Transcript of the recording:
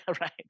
right